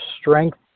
strength